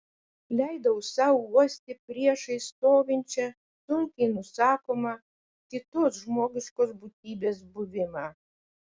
leidau sau uosti priešais stovinčią sunkiai nusakomą kitos žmogiškos būtybės buvimą